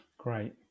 Great